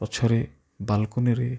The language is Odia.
ପଛରେ ବାଲକୋନୀରେ